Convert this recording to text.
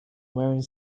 wearing